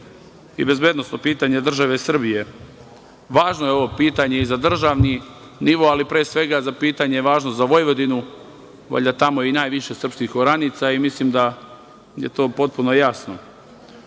i bezbednosno pitanje države Srbije. Važno je ovo pitanje i za državni nivo, ali pre svega je važno pitanje za Vojvodinu, valjda je tamo najviše srpskih oranica i mislim da je to potpuno